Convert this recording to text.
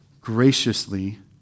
graciously